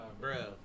bro